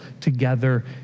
together